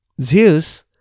Zeus